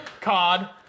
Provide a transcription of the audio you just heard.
Cod